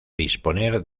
disponer